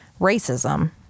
racism